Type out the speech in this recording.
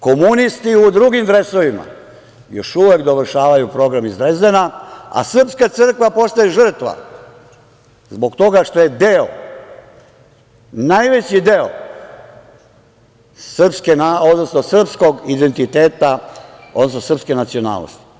Komunisti u drugim dresovima još uvek dovršavaju program iz Drezdena, sprska crkva postaje žrtva zbog toga što je deo, najveći deo srpskog identiteta, odnosno srpske nacionalnosti.